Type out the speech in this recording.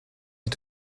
est